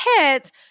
hit